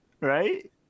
right